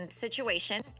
situation